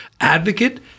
advocate